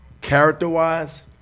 character-wise